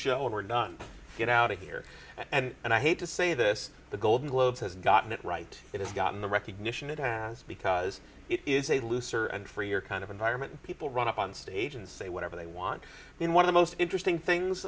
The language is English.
show we're done get out of here and i hate to say this the golden globes has gotten it right it has gotten the recognition it has because it is a looser and for your kind of environment people run up on stage and say whatever they want in one of the most interesting things